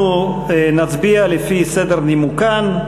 אנחנו נצביע לפי סדר נימוקן.